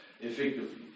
effectively